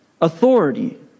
authority